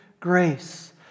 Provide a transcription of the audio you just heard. Grace